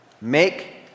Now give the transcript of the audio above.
Make